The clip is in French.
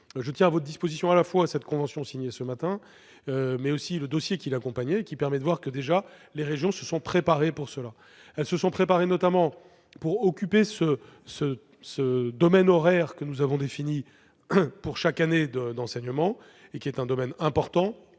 Je tiens à votre disposition à la fois la convention signée ce matin et le dossier qui l'accompagnait, lequel permet de voir que les régions se sont déjà préparées pour cela. Elles se sont préparées notamment pour occuper ce domaine horaire que nous avons défini pour chaque année d'enseignement. C'est important